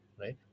right